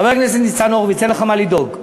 חבר הכנסת ניצן הורוביץ, אין לך מה לדאוג.